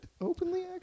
openly